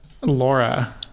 Laura